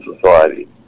Society